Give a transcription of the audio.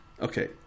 Okay